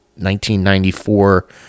1994